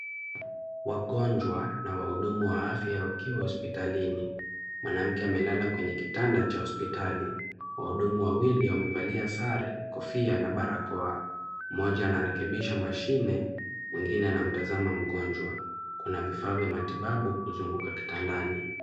Wagonjwa na wahudumu wa afya wakiwa hospitalini, mwanamke amelala kwenye kitanda cha hospitali, wahudumu wawili wamevalia sare, kofia na barakoa mmoja anarekebisha mashine mwingine anamtazama mgonjwa kuna vifaa vya matibabu kuzunguka kitandani.